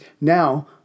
now